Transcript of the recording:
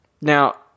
Now